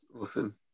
Awesome